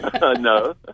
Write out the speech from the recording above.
No